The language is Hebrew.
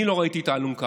אני לא ראיתי את האלונקה,